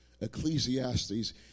Ecclesiastes